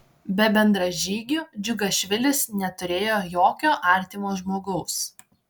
be bendražygių džiugašvilis neturėjo jokio artimo žmogaus